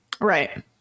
Right